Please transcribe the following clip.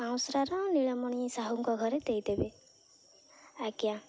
ପାଉଁଶୁରାର ନୀଳମଣି ସାହୁଙ୍କ ଘରେ ଦେଇଦେବେ ଆଜ୍ଞା